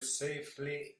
safely